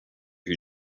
who